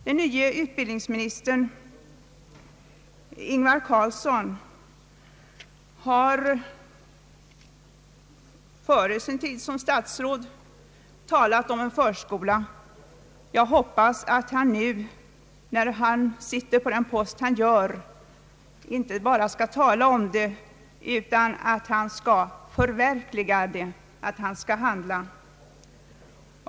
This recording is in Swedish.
Den nye utbildningsministern Ingvar Carlsson har före sin tid som statsråd talat om en förskola. Jag hoppas att han nu när han sitter på den viktiga posten som utbildningsminister inte bara skall tala om den utan att han skall förverkliga den, att han skall handla.